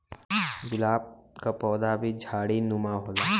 गुलाब क पौधा भी झाड़ीनुमा होला